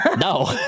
no